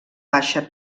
baixa